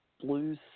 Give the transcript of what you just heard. blues